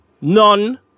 None